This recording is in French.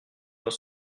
dans